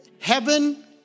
heaven